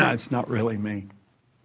that's not really me.